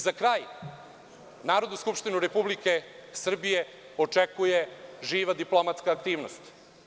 Za kraj, Narodnu skupštinu Republike Srbije očekuje živa diplomatska aktivnost.